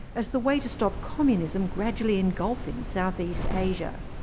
as the way to stop communism gradually engulfing south east asia.